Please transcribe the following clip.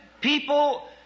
people